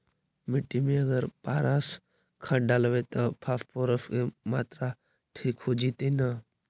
मिट्टी में अगर पारस खाद डालबै त फास्फोरस के माऋआ ठिक हो जितै न?